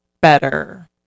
better